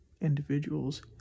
individuals